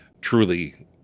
truly